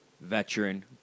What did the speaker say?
Veteran